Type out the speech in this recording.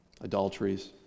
Adulteries